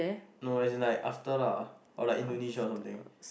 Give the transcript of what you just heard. no as in like after lah or like Indonesia or something